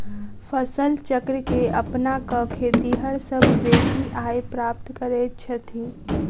फसल चक्र के अपना क खेतिहर सभ बेसी आय प्राप्त करैत छथि